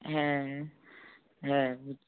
হ্যাঁ হ্যাঁ